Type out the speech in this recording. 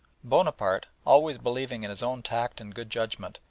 bonaparte, always believing in his own tact and good judgment,